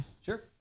Sure